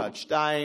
שניים.